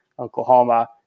Oklahoma